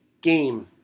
game